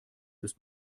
ist